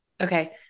Okay